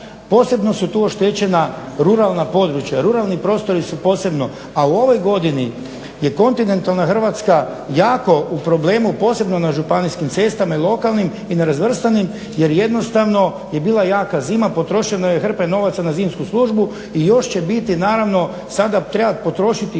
Posebno su tu oštećena ruralna područja, ruralni prostori su posebno. A u ovoj godini je kontinentalna Hrvatska jako u problemu posebno na županijskim cestama, i lokalnim, i nerazvrstanim jer jednostavno je bila jaka zima, potrošeno je hrpe novaca na zimsku službu i još će biti naravno, sada treba potrošiti tri